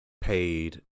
paid